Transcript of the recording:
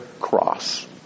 cross